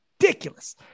ridiculous